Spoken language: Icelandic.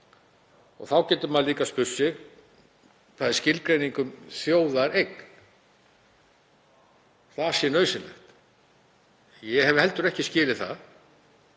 Þá getur maður líka spurt hvort skilgreining um þjóðareign sé nauðsynleg. Ég hef heldur ekki skilið það